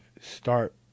start